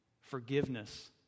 forgiveness